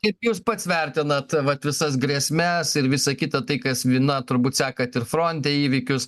kaip jūs pats vertinat vat visas grėsmes ir visa kita tai kas vi na turbūt sekat ir fronte įvykius